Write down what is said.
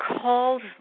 called